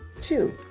Two